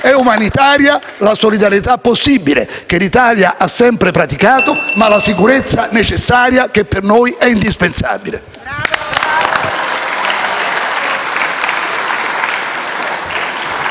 È umanitaria la solidarietà possibile che l'Italia ha sempre praticato, ma con la sicurezza necessaria, che per noi è indispensabile.